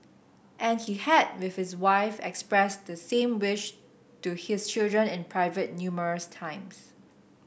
and he had with his wife expressed the same wish to his children in private numerous times